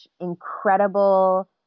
incredible